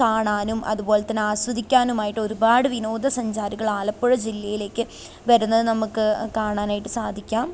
കാണാനും അതുപോലെ തന്നെ ആസ്വദിക്കാനുമായിട്ടൊരുപാട് വിനോദസഞ്ചാരികളാലപ്പുഴ ജില്ലയിലേക്ക് വരുന്നത് നമുക്ക് കാണാനായിട്ട് സാധിക്കാം